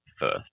first